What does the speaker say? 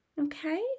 Okay